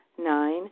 Nine